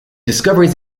discoveries